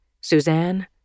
Suzanne